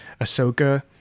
Ahsoka